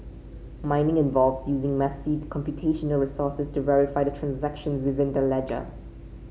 mining involves using massive computational resources to verify the transactions within that ledger